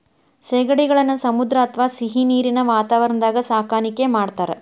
ಸೇಗಡಿಗಳನ್ನ ಸಮುದ್ರ ಅತ್ವಾ ಸಿಹಿನೇರಿನ ವಾತಾವರಣದಾಗ ಸಾಕಾಣಿಕೆ ಮಾಡ್ತಾರ